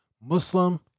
Muslim